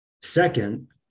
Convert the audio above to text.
Second